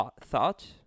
thought